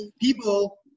people